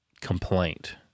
complaint